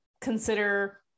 consider